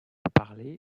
parlé